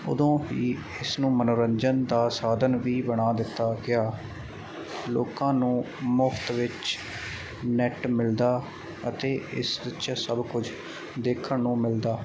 ਉਦੋਂ ਹੀ ਇਸ ਨੂੰ ਮਨੋਰੰਜਨ ਦਾ ਸਾਧਨ ਵੀ ਬਣਾ ਦਿੱਤਾ ਗਿਆ ਲੋਕਾਂ ਨੂੰ ਮੁਫਤ ਵਿੱਚ ਨੈੱਟ ਮਿਲਦਾ ਅਤੇ ਇਸ ਵਿੱਚ ਸਭ ਕੁਝ ਦੇਖਣ ਨੂੰ ਮਿਲਦਾ